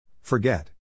Forget